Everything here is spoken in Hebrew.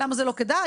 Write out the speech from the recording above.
למה זה לא כדאי?